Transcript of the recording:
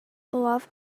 laughed